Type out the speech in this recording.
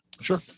Sure